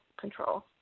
control